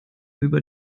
über